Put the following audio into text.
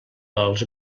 els